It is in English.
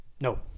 No